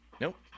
Nope